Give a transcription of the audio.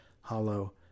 hollow